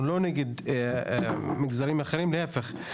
אנחנו לא נגד מגזרים אחרים להפך,